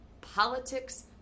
politics